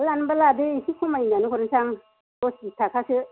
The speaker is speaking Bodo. लानोबा लादो एसे खमायनानै हरनोसै आं दस बिस थाखासो